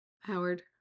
Howard